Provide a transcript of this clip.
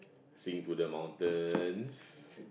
sing to the mountains